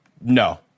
no